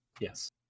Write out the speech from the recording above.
Yes